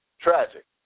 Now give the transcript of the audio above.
tragic